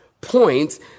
Points